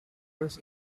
press